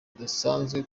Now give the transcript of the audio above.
bidasanzwe